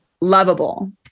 lovable